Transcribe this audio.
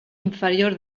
inferior